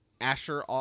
Asher